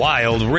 Wild